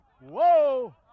Whoa